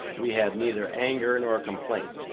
we have neither anger nor complaint.